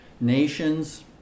nations